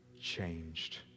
changed